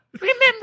Remember